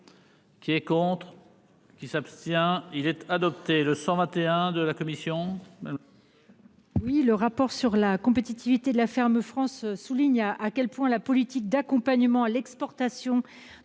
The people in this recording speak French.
Qui est contre. Qui s'abstient il être adopté le 121 de la commission.